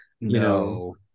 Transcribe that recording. No